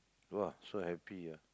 !wah! so happy ah